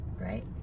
right